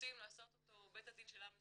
רוצים לעשות אותו בית הדין של עם ישראל.